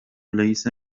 ليس